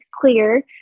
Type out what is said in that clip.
clear